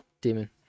Demon